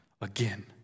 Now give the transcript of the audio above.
again